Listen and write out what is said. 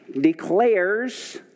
declares